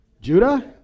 Judah